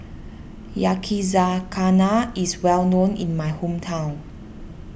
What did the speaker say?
Yakizakana is well known in my hometown